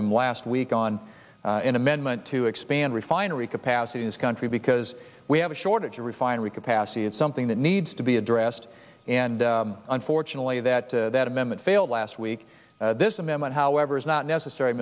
them last week on an amendment to expand refinery capacity as country because we have a shortage of refinery capacity is something that needs to be addressed and unfortunately that that amendment failed last week this amendment however is not necessar